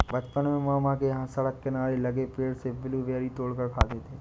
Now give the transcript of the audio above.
बचपन में मामा के यहां सड़क किनारे लगे पेड़ से ब्लूबेरी तोड़ कर खाते थे